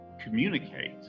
communicate